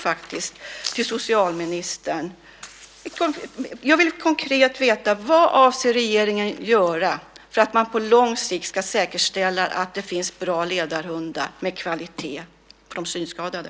Mina frågor till socialministern kvarstår. Jag vill konkret veta: Vad avser regeringen att göra för att man på lång sikt ska säkerställa att det finns bra ledarhundar med kvalitet för de synskadade?